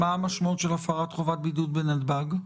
מה המשמעות של הפרת חובת בידוד בנתב"ג?